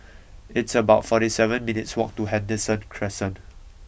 it's about forty seven minutes' walk to Henderson Crescent